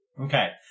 Okay